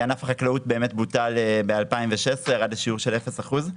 ענף החקלאות בוטל ב-2016, ירד לשיעור של אפס אחוז.